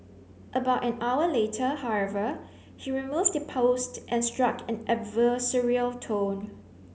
about an hour later however he removed the post and struck an adversarial tone